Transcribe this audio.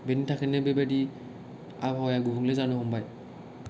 बेनि थाखायनो बेबादि आबहावाया गुबुंले जानो हमबाय